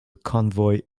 convoy